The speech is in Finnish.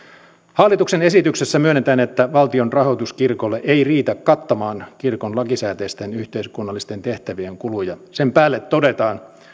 hallituksen esityksessä myönnetään että valtion rahoitus kirkolle ei riitä kattamaan kirkon lakisääteisten yhteiskunnallisten tehtävien kuluja sen päälle todetaan